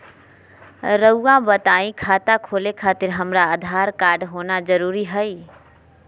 रउआ बताई खाता खोले खातिर हमरा आधार कार्ड होना जरूरी है?